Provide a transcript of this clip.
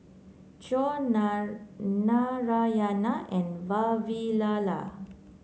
Choor Narayana and Vavilala